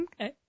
Okay